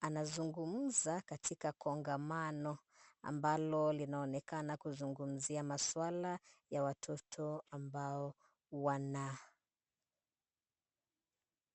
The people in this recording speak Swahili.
Anazungumza katika kongamano, ambalo linaonekana kuzungumzia masuala ya watoto ambao wana.